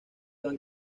van